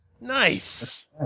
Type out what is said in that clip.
Nice